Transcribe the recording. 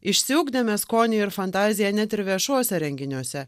išsiugdėme skonį ir fantaziją net ir viešuose renginiuose